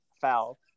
foul